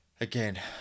again